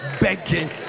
begging